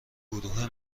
گروه